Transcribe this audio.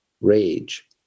rage